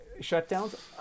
shutdowns